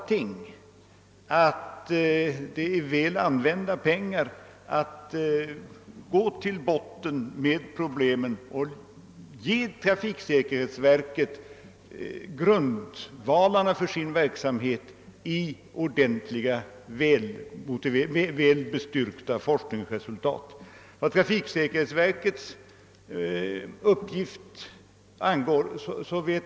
Utskottet har emellertid bl.a. hänvisat till att förslagen från trafikforskningsutredningen för närvarande är föremål för prövning inom Kungl. Maj:ts kansli. I avvaktan därpå har utskottsmajoriteten inte ansett sig böra göra någon ändring i Kungl. Maj:ts förslag.